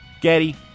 Getty